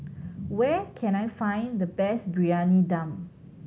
where can I find the best Briyani Dum